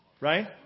Right